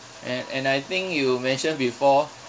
and and I think you mentioned before